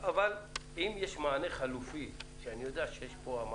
אם יש מענה חלופי, ואני יודע שהמערכת